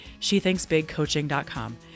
shethinksbigcoaching.com